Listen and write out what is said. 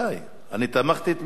אני תמכתי תמיכה מלאה.